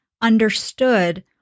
understood